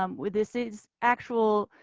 um with this is actual